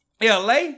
LA